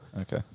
Okay